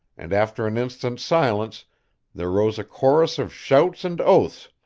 and after an instant's silence there rose a chorus of shouts and oaths,